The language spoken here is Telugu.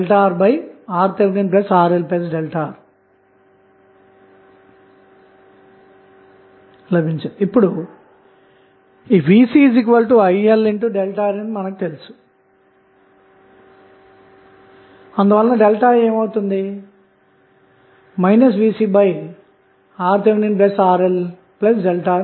టెర్మినల్స్ అంతటా ఒక 1A కరెంటు సోర్స్ ను వర్తింపజేసి v0విలువ ను కనుగొందాము మరియు Rth విలువఅన్నది v01 A అన్నమాట